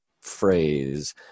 phrase